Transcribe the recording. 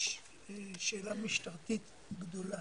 יש שאלה משטרתית גדולה.